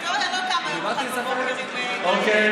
ההיסטוריה לא קמה יום אחד בבוקר עם, אוקיי.